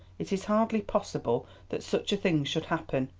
it is hardly possible, that such a thing should happen.